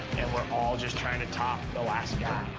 and we're all just trying to top the last guy.